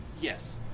Yes